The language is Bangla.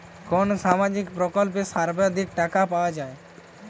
কোন সামাজিক প্রকল্পে সর্বাধিক টাকা পাওয়া য়ায়?